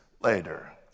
later